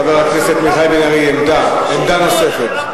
חבר הכנסת מיכאל בן-ארי, עמדה נוספת.